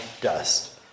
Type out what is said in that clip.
dust